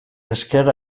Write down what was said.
esker